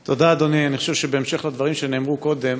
תודה, אדוני, אני חושב, בהמשך הדברים שנאמרו קודם,